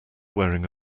wearing